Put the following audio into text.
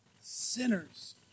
sinners